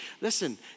listen